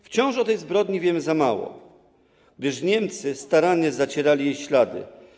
Wciąż o tej zbrodni wiemy za mało, gdyż Niemcy starannie zacierali jej ślady.